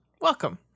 welcome